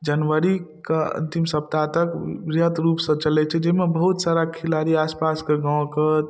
जनवरीके अन्तिम सप्ताह तक वृहद रूपसँ चलै छै जाहिमे बहुत सारा खेलाड़ी आसपासके गामके